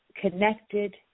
connected